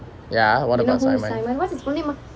ya what about simon